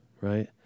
right